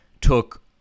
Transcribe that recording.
took